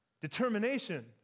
determination